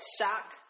shock